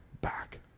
back